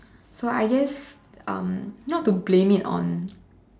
so I guess um not to blame it on